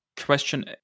Question